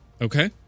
Okay